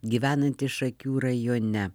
gyvenantis šakių rajone